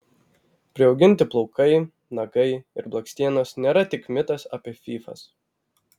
priauginti plaukai nagai ir blakstienos nėra tik mitas apie fyfas